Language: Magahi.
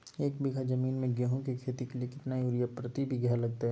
एक बिघा जमीन में गेहूं के खेती के लिए कितना यूरिया प्रति बीघा लगतय?